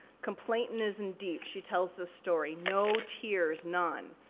complainant is in deep. she tells this story, no tears, none.